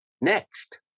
Next